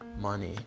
money